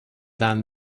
than